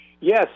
yes